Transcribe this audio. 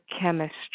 chemistry